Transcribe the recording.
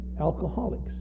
alcoholics